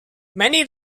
many